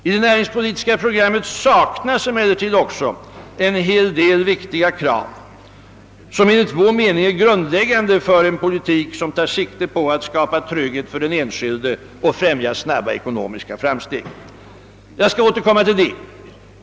I det näringspolitiska programmet saknas emellertid också en hel del viktiga krav som enligt vår mening är grundläggande för en politik som tar sikte på att skapa trygghet för den enskilde och främja snabba ekonomiska framsteg. Jag skall återkomma till det.